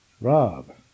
Rob